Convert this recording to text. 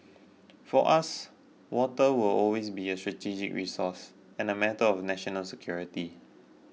for us water will always be a strategic resource and a matter of national security